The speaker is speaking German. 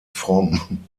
fromm